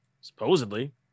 supposedly